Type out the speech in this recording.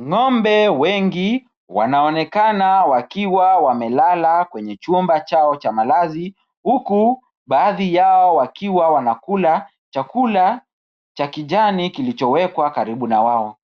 Ng'ombe wengi wanaonekana wakiwa wamelala kwenye chumba chao cha malazi, huku baadhi yao wakiwa wanakula chakula cha kijani kilichowekwa karibu na wao.